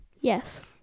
Yes